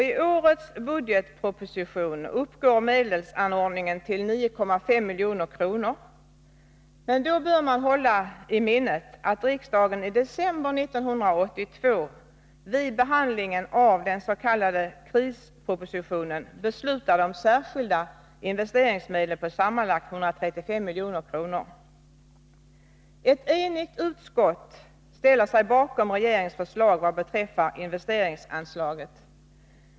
I årets budgetproposition uppgår medelsanordningen till 9,5 milj.kr., men då bör man hålla i minnet att riksdagen i december 1982 vid behandlingen av den s.k. krispropositionen beslutade om särskilda investeringsmedel på sammanlagt 135 milj.kr. Ett enigt utskott ställer sig bakom regeringens förslag vad beträffar investeringsanslaget.